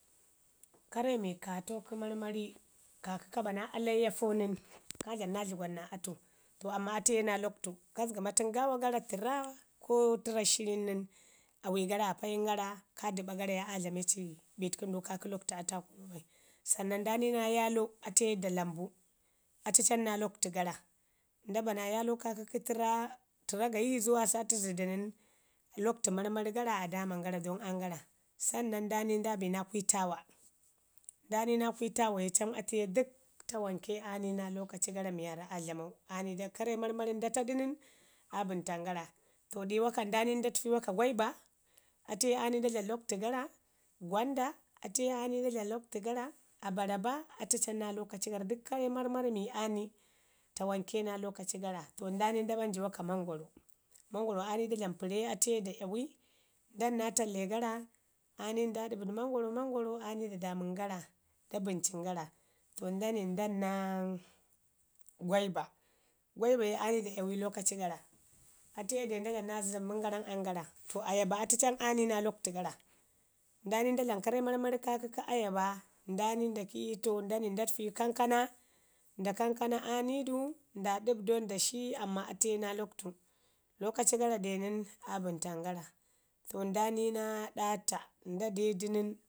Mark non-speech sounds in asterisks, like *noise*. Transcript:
Karre mi ka tau kə marmari kakə ka ba na alaiyafo nən ka dlaman nga dləgwan naa atu to amman atu ye naa lakuitu, ka zəgama tun gaawa gara tərru ko tərra shirin nən awi gara aa payin gara ka dəɓa gara yaye aa dlame ci bitkəndau kaakə lakwtu atu aa kunu baii sannan nda ni naa yaalo atu ye da lambu, atu cam naa lakwtu gare, nda ba naa yaalo kaarə kə tərra tərra gayi ko saati zədu nən lakwtu marmari gara saman nda ni nda bi naa kwitawo. Nda ni naa kwitawa ye cam atu ye dək tawanke aa ni naa lokaci gara miwaarra aadlamau *unintelligible* karre marmari nda ta du nən aa bəntan gara. To dai waka nda ni nda təfi waka gwaiba atu ye aa ni da dlamu lakwtu gare, gwanda atu ye ani da dlami lakwtu gara, abaiba, atu cam naa lokaci gara. To nda ni nda ɓanji wana mangoro, mangoro ani da dlamin pəre da bəncin gara. To nda nai ndam naa gwaiba, gwaiba ye aa ni da 'yami lokaci gara, atu ye deu nda dlamu na zaaman gara ayan gara. Ayaba abu cam ani naa lakwtu gara. Nda ni nda dlam karre marmari kaza ayaba nda ni nda ki'i to nda ni nda təfi kankan, nda kankan aa ni du nda ɗabdau nda shi amman atuye naa lakwtu lokaci deu nən, aa bəntan gara. To nda ni naa ɗaata, nda de du nən